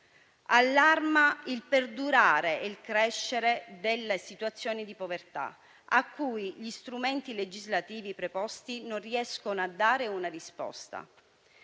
Allarma il perdurare e il crescere delle situazioni di povertà a cui gli strumenti legislativi preposti non riescono a dare una risposta.